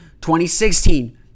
2016